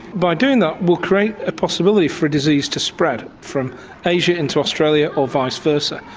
by doing that we create a possibility for disease to spread from asia into australia or vice versa.